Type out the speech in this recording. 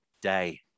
day